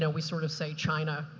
yeah we sort of say, china,